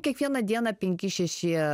kiekvieną dieną penki šeši